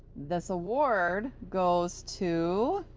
this award goes to